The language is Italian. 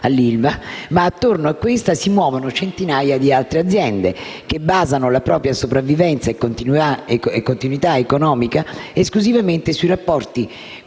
ma attorno a questa si muovono centinaia di altre aziende, che basano la propria sopravvivenza e continuità economica esclusivamente sui rapporti